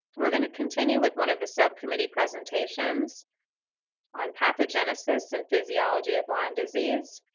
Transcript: we're going to continue with one of the subcommittee presentations on pathogenesis and physiology of lyme disease.